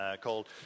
called